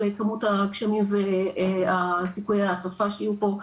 כמות הגשמים וסיכויי ההצפה שיהיו פה.